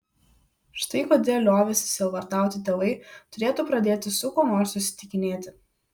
štai kodėl liovęsi sielvartauti tėvai turėtų pradėti su kuo nors susitikinėti